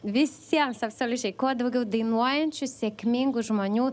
visiems absoliučiai kuo daugiau dainuojančių sėkmingų žmonių